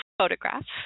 photographs